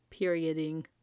perioding